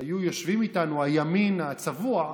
היו יושבים עליה איתנו הימין הצבוע,